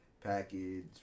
Package